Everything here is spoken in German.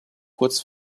kurz